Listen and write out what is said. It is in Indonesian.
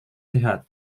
sehat